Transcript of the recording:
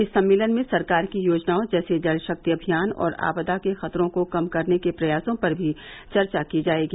इस सम्मेलन में सरकार की योजनाओं जैसे जलशक्ति अभियान और आपदा के खतरों को कम करने के प्रयासों पर भी चर्चा की जायेगी